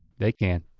they can.